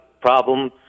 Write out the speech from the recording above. problem